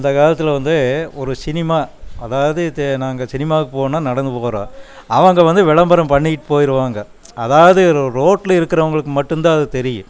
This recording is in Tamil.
இந்த காலத்தில் வந்து ஒரு சினிமா அதாவது தே நாங்கள் சினிமாவுக்கு போவவுன்னா நடந்து போ போகறோம் அவங்க வந்து விளம்பரம் பண்ணியிட்டு போயிருவாங்க அதாவது ரோ ரோட்டில் இருக்கறவங்களுக்கு மட்டும்தான் அது தெரியும்